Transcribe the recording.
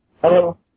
Hello